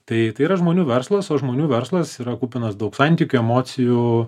tai tai yra žmonių verslas o žmonių verslas yra kupinas daug santykių emocijų